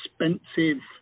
expensive